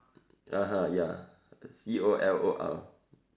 (uh huh) ya C O L O R